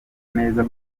neza